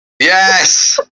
Yes